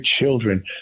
children